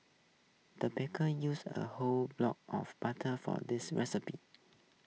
the baker used A whole block of butter for this recipe